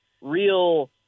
real